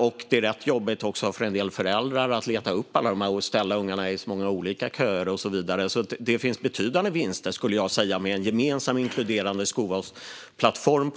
Det är också rätt jobbigt för en del föräldrar att leta upp och ställa ungarna i många olika köer och så vidare. Det finns alltså betydande vinster, skulle jag säga, med en gemensam och inkluderande skolvalsplattform.